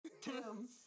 Tim